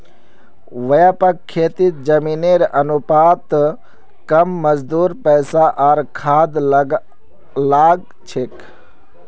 व्यापक खेतीत जमीनेर अनुपात कम मजदूर पैसा आर खाद लाग छेक